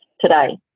today